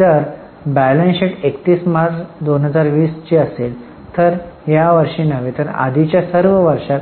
तर जर balance sheet 31 March 2020 ची असेल तर ती या वर्षीच नव्हे तर आधीच्या सर्व वर्षांत